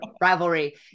rivalry